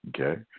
Okay